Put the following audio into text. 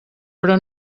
però